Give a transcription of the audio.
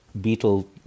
beetle